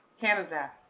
Canada